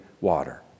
water